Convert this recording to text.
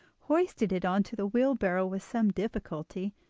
hoisted it on to the wheelbarrow with some difficulty,